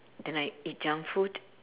then I eat junk food